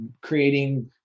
creating